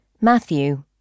Matthew